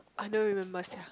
I don't remembers ya